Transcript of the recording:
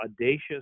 audacious